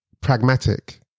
Pragmatic